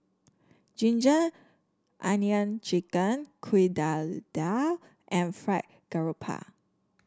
ginger onion chicken Kuih Dadar and Fried Garoupa